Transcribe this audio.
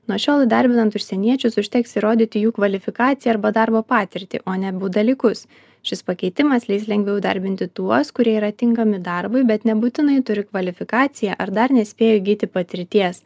nuo šiol įdarbinant užsieniečius užteks įrodyti jų kvalifikaciją arba darbo patirtį o ne dalykus šis pakeitimas leis lengviau įdarbinti tuos kurie yra tinkami darbui bet nebūtinai turi kvalifikaciją ar dar nespėjo įgyti patirties